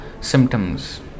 symptoms